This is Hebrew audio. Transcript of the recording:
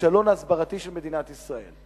בכישלון ההסברתי של מדינת ישראל.